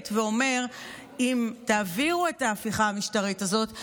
ואומר: אם תעבירו את ההפיכה המשטרית הזאת,